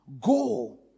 Go